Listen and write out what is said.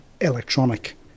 electronic